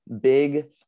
big